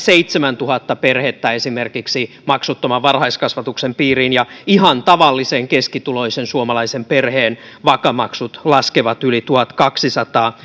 seitsemäntuhatta perhettä maksuttoman varhaiskasvatuksen piiriin ja ihan tavallisen keskituloisen suomalaisen perheen vaka maksut laskevat yli tuhatkaksisataa